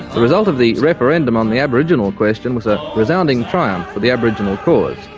the result of the referendum on the aboriginal question was a resounding triumph for the aboriginal cause.